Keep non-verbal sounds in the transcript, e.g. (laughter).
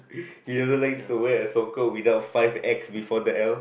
(breath) he doesn't like to wear a socker without five X before the L